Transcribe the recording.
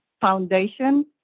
foundation